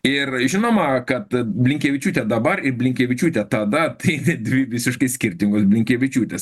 ir žinoma kad blinkevičiūtė dabar ir blinkevičiūtė tada tai dvi visiškai skirtingos blinkevičiūtės